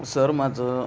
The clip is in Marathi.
सर माझं